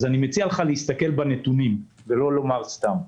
אני מציע לך להסתכל בנתונים ולא לומר סתם.